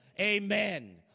Amen